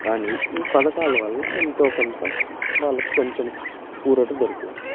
కానీ ఈ పథకాల వల్ల ఎంతో కొంత వాళ్ళకి కొంచెం ఊరట దొరికింది